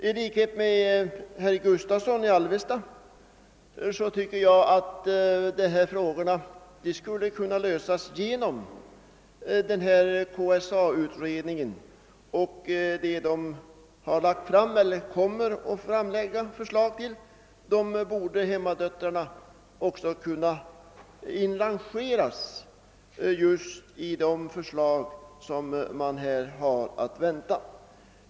I likhet med herr Gustavsson i Alvesta tycker jag att hemmadöttrarna skulie kunna inrangeras i de förslag som framläggs med anledning av KSA-utredningens betänkande. Jag hoppas därför på en snar lösning inom ramen för KSA utredningen.